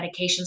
medications